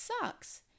sucks